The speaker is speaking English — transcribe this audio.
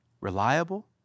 reliable